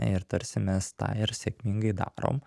ir tarsi mes tą ir sėkmingai darom